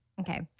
Okay